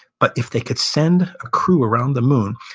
but if they could send a crew around the moon,